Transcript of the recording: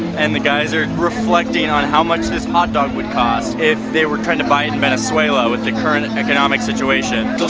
and the guys are reflecting on how much this hot dog would cost if they were trying to buy it in venezuela with the current economic situation